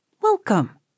Welcome